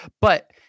but-